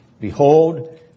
Behold